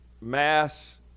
mass